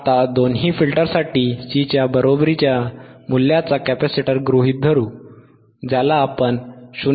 f12πRC आता दोन्ही फिल्टरसाठी C च्या बरोबरीचे मूल्याचा कॅपेसिटर गृहीत धरू ज्याला आपण 0